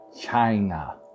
China